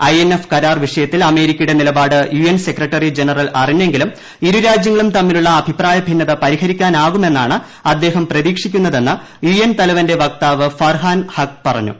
INF കരാർ വീ്ഷയത്തിൽ അമേരിക്കയുടെ നിലപാട് യു എൻ സെക്രട്ടറി ജനറൽ അറിഞ്ഞെങ്കിലും ഇരു രാജ്യങ്ങളും തമ്മിലുള്ള അഭിപ്രായ ഭിന്നത പരിഹരിക്കാനാകുമെന്നാണ് അദ്ദേഹം പ്രതീക്ഷിക്കുന്നതെന്ന് യു എൻ തലവന്റെ വക്താവ് ഫർഹാൻ ഹഖ് പറഞ്ഞു